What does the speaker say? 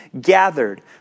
gathered